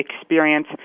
experience